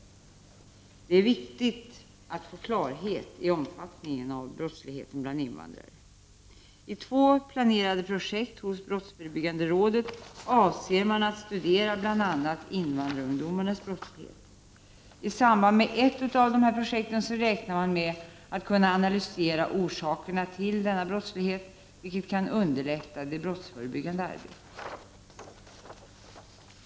Det är viktigt att få klarhet i omfattningen av brottsligheten bland invandrare. I två planerade projekt hos brottsförebyggande rådet avser man att studera bl.a. invandrarungdomars brottslighet. I samband med ett av dessa projekt räknar man med att kunna analysera orsakerna till denna brottslighet, vilket kan underlätta det brottsförebyggande arbetet.